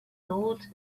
thought